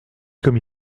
comme